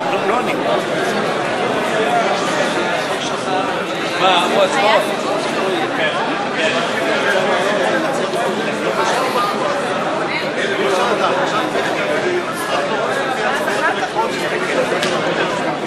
56. הסתייגות 159 לסעיף 58 לא התקבלה.